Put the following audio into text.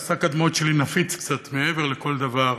שק הדמעות שלי נפיץ קצת מעבר לכל דבר,